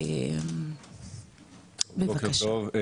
בוקר טוב,